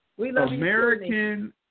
American